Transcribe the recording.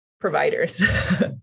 providers